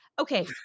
Okay